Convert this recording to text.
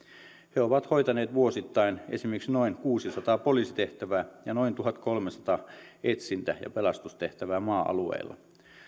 he ovat hoitaneet vuosittain esimerkiksi noin kuusisataa poliisitehtävää ja noin tuhatkolmesataa etsintä ja pelastustehtävää maa alueilla